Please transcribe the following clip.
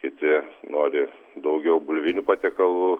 kiti nori daugiau bulvinių patiekalų